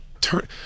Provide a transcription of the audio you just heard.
turn